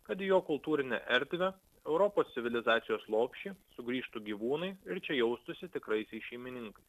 kad į jo kultūrinę erdvę europos civilizacijos lopšį sugrįžtų gyvūnai ir čia jaustųsi tikraisiais šeimininkais